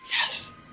Yes